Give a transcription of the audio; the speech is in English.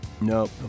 Nope